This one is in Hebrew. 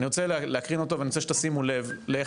אני רוצה להקרין אותו ואני רוצה שתשימו לב לאיך